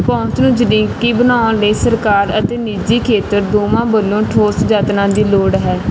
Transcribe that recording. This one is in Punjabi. ਪਹੁੰਚ ਨਜ਼ਦੀਕੀ ਬਣਾਉਣ ਲਈ ਸਰਕਾਰ ਅਤੇ ਨਿੱਜੀ ਖੇਤਰ ਦੋਵਾਂ ਵੱਲੋਂ ਠੋਸ ਯਤਨਾਂ ਦੀ ਲੋੜ ਹੈ